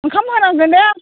ओंखाम होनांगोन दे